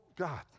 God